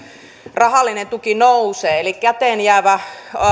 rahallinen tuki nousee eli käteenjäävä